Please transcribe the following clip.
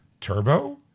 Turbo